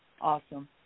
awesome